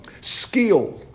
skill